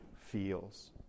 feels